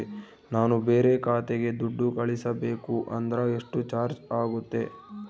ನಾನು ಬೇರೆ ಖಾತೆಗೆ ದುಡ್ಡು ಕಳಿಸಬೇಕು ಅಂದ್ರ ಎಷ್ಟು ಚಾರ್ಜ್ ಆಗುತ್ತೆ?